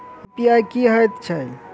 UPI की हएत छई?